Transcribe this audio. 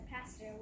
pastor